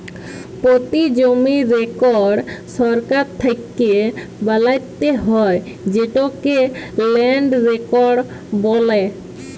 পতি জমির রেকড় সরকার থ্যাকে বালাত্যে হয় যেটকে ল্যান্ড রেকড় বলে